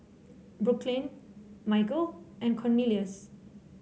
Brooklynn Michale and Cornelius